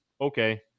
Okay